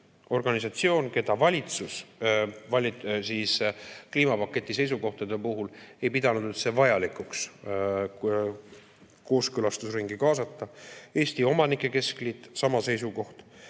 organisatsioon, keda valitsus kliimapaketi seisukohtade puhul ei pidanud üldse vajalikuks kooskõlastusringi kaasata, Eesti Omanike Keskliit – sama seisukoht